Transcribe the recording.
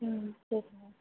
ம் சரிங்க